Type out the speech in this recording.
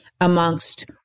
amongst